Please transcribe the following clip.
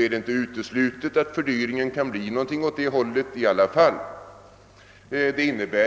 nämligen inte uteslutet att fördyringen kan bli någonting åt det hållet, eftersom det nu kommer att dröia en avsevärd tid innan vi får tillfälle att bygga.